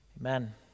Amen